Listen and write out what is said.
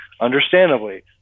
Understandably